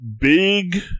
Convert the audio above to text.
Big